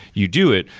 you do it,